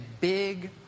big